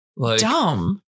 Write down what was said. dumb